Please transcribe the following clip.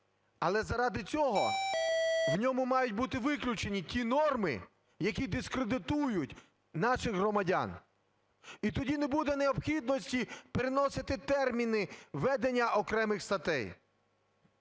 Але заради цього в ньому мають бути виключені ті норми, які дискредитують наших громадян. І тоді не буде необхідності переносити терміни введення окремих статей.